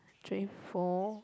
three four